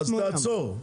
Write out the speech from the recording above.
אז תעצור,